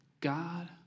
God